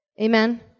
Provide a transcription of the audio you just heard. Amen